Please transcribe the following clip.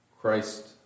Christ